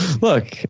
Look